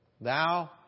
Thou